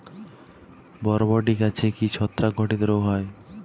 বরবটি গাছে কি ছত্রাক ঘটিত রোগ হয়?